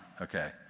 okay